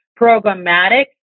programmatic